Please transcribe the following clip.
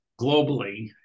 globally